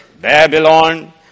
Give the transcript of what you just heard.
Babylon